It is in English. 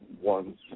one